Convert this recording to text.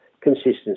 consistency